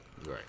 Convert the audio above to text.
Right